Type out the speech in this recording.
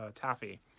Taffy